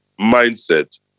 mindset